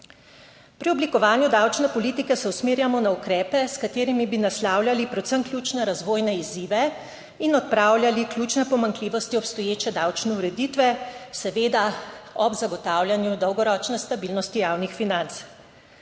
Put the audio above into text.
Pri oblikovanju davčne politike se usmerjamo na ukrepe, s katerimi bi naslavljali predvsem ključne razvojne izzive in odpravljali ključne pomanjkljivosti obstoječe davčne ureditve, seveda ob zagotavljanju dolgoročne stabilnosti javnih financ.